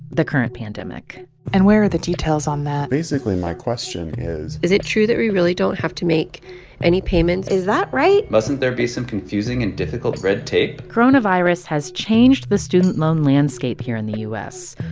the current pandemic and where are the details on that? basically my question is. is it true that we really don't have to make any payments? is that right? mustn't there be some confusing and difficult red tape? coronavirus has changed the student loan landscape here in the u s,